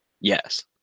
Yes